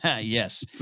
yes